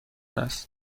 است